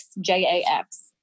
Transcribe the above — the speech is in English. J-A-X